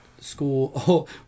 school